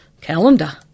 Calendar